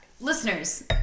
Listeners